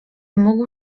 mógł